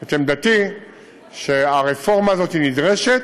את עמדתי שהרפורמה הזאת נדרשת,